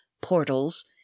portals